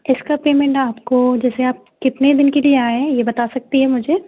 इसका पेमेंट आपको जैसे आप कितने दिन के लिए आए हैं ये बता सकती हैं मुझे